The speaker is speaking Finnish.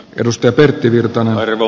edustaja pertti virtanen arvo